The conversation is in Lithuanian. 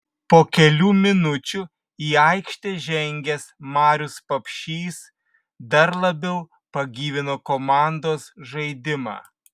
po kelių minučių į aikštę žengęs marius papšys dar labiau pagyvino komandos žaidimą